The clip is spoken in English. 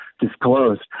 disclosed